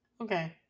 okay